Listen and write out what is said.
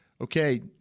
okay